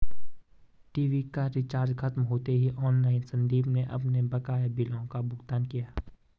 TV का recharge खत्म होते ही ऑनलाइन संदीप ने अपने बकाया बिलों का भुगतान किया